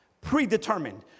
predetermined